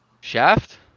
shaft